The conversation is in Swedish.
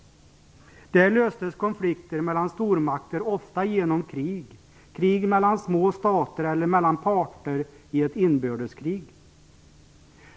Där löstes konflikter mellan stormakter ofta genom krig - krig mellan små stater eller mellan parter i ett inbördeskrig.